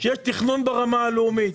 שיש תכנון ברמה הלאומית.